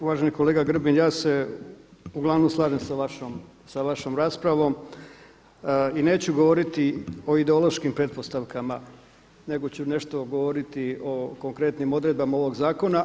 Uvaženi kolega Grbin ja se uglavnom slažem sa vašom raspravom i neću govoriti o ideološkim pretpostavkama, nego ću nešto govoriti o konkretnim odredbama ovoga zakona.